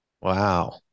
Wow